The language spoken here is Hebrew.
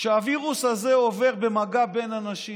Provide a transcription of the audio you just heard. שהווירוס הזה עובר במגע בין אנשים.